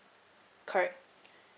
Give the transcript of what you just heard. correct